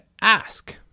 ask